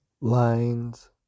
Lines